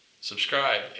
Subscribe